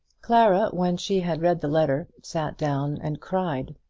clara, when she had read the letter, sat down and cried,